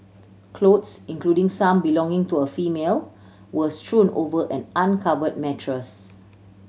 clothes including some belonging to a female were strewn over an uncover mattress